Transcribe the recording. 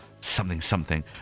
something-something